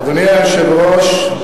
אדוני היושב-ראש,